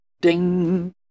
Ding